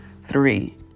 three